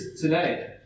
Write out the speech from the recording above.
today